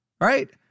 right